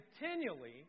continually